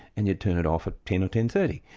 and you'd turn it off at ten or ten. thirty,